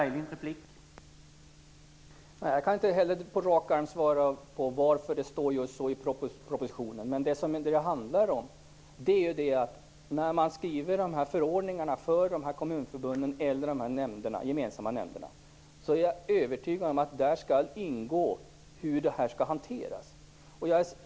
Herr talman! Jag kan inte heller på rak arm svara på varför det står just så i propositionen. Men jag är övertygad om att när man skriver förordningarna för kommunförbunden eller de gemensamma nämnderna skall där ingå hur det skall hanteras.